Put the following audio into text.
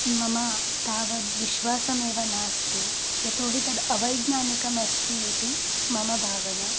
मम तावद् विश्वासमेव नास्ति यतो हि तद् अवैज्ञानिकमस्ति इति मम भावना